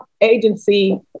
agency